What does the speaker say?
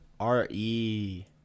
re